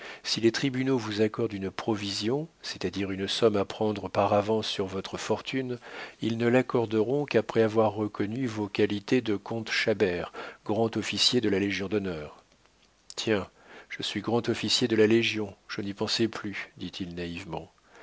si les tribunaux vous accordent une provision c'est-à-dire une somme à prendre par avance sur votre fortune ils ne l'accorderont qu'après avoir reconnu vos qualités de comte chabert grand-officier de la légion-d'honneur tiens je suis grand-officier de la légion je n'y pensais plus dit-il naïvement